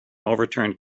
overturned